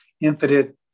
infinite